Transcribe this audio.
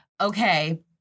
Okay